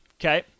Okay